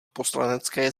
poslanecké